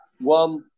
one